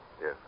Yes